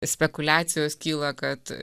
spekuliacijos kyla kad